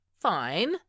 fine